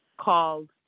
called